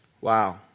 wow